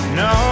no